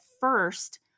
first